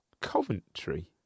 Coventry